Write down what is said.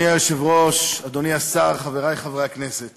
ראשון הדוברים, חבר הכנסת